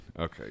Okay